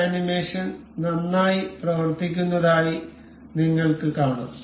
ഈ ആനിമേഷൻ നന്നായി പ്രവർത്തിക്കുന്നതായി നിങ്ങൾക്ക് കാണാം